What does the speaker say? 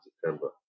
September